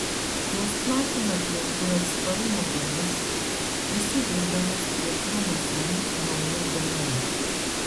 jos platina aplinkui atsparumo genus prisidurdamos prie chromosomų naują dnr